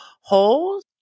Holes